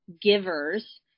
givers